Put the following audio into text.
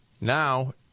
Now